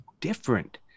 different